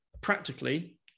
practically